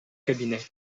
cabinet